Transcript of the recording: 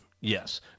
Yes